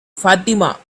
fatima